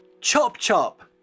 Chop-chop